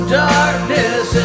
darkness